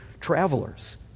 travelers